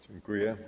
Dziękuję.